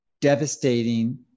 devastating